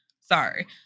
Sorry